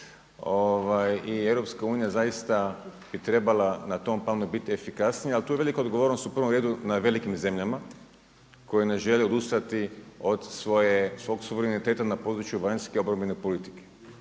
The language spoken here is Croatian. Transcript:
i drugdje. I EU zaista bi trebala na tom planu trebala bit efikasnija, ali tu je velika odgovornost u prvom redu na velikim zemljama koje ne žele odustati od svog suvereniteta na području vanjske obrambene politike.